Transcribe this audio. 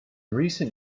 recent